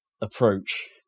approach